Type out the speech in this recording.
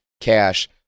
cash